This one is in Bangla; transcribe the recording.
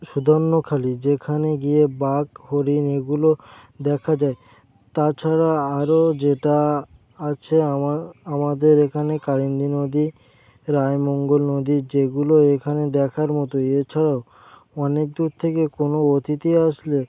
সুধন্যখালি যেখানে গিয়ে বাঘ হরিণ এগুলো দেখা যায় তাছাড়া আরও যেটা আছে আমাদের এখানে কালিন্দী নদী রায়মঙ্গল নদী যেগুলো এখানে দেখার মতো এছাড়াও অনেক দূর থেকে কোনও অতিথি আসলে